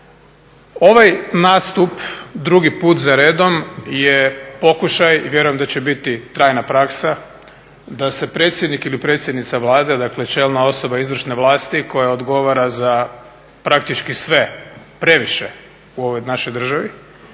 Ovaj nastup drugi put za redom je pokušaj i vjerujem da će biti trajna praksa da se predsjednik ili predsjednica Vlade, dakle čelna osoba izvršne vlasti koja odgovara za praktički sve previše u ovoj našoj državi